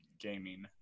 gaming